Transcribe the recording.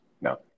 No